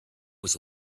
was